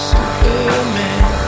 Superman